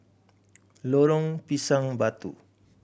Lorong Pisang Batu